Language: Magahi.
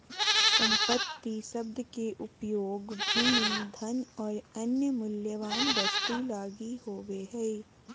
संपत्ति शब्द के उपयोग भूमि, धन और अन्य मूल्यवान वस्तु लगी होवे हइ